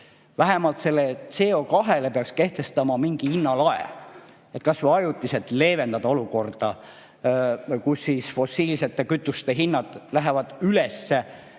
vähemalt CO2-le kehtestama mingi hinnalae, et kas või ajutiselt leevendada olukorda, kus fossiilsete kütuste hinnad lähevad üles